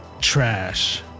trash